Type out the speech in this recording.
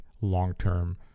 long-term